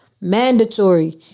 mandatory